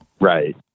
Right